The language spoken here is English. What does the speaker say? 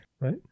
right